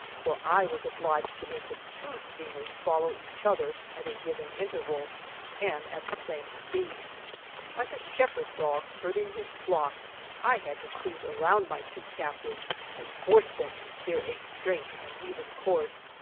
for i was obliged to make the two steamers follow each other at a given interval and at the same speed like a shepherd dog herding his flock i had to cruise round my two captives and force them to steer a straight and even course,